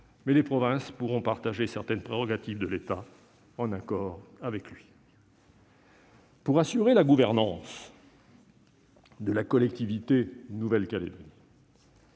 mais les provinces pourront partager certaines de ses prérogatives, en accord avec lui. Pour assurer la gouvernance de la collectivité de Nouvelle-Calédonie,